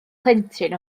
plentyn